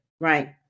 Right